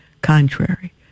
contrary